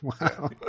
Wow